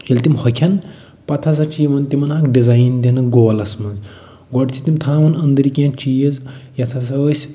ییٚلہِ تِم ہۄکھن پتہٕ ہسا چھِ یِمن تِمن اکھ ڈِزاین دِنہٕ گولس منٛز گۄڈٕ چھِ تِم تھاوان أنٛدرٕۍ کیٚنٛہہ چیٖز یَتھ ہَسا أسۍ